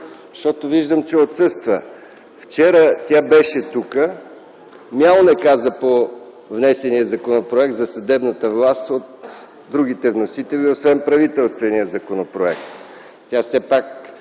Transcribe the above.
защото виждам, че отсъства. Вчера тя беше тук – „мяу” не каза по внесения Законопроект за съдебната власт от другите вносители, освен по правителствения законопроект. Тя все пак